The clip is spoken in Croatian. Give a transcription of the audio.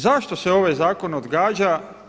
Zašto se ovaj zakon odgađa?